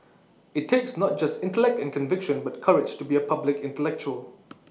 IT takes not just intellect and conviction but courage to be A public intellectual